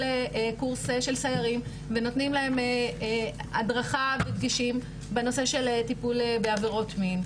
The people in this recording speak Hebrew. קורס של סיירים ונותנים להם הדרכה ודגשים בנושא של בעבירות מין.